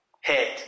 Head